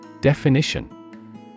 Definition